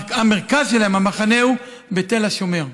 שהמרכז שלהם, המחנה, הוא בתל השומר.